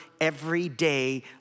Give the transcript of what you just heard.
everyday